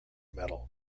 medal